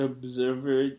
Observer